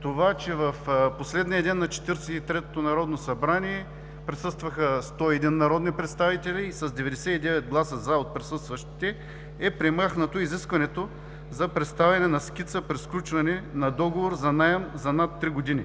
това, че в последния ден на 43-ото народно събрание присъстваха 101 народни представители и с 99 гласа „за” от присъстващите е премахнато изискването за представяне на скица при сключване на договор за наем за над три години,